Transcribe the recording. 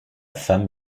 femme